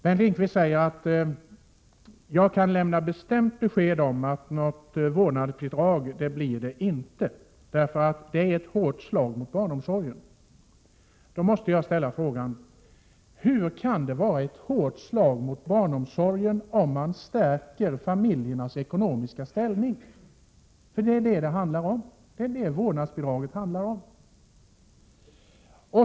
Bengt Lindqvist säger att han kan lämna bestämt besked om att det inte blir något vårdnadsbidrag, därför att det skulle vara ett hårt slag mot barnomsorgen. Då måste jag fråga: Hur kan det vara ett hårt slag mot barnomsorgen om man stärker familjernas ekonomiska ställning? Det är nämligen vad förslaget om vårdnadsbidrag handlar om.